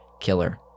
Killer